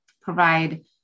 provide